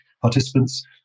participants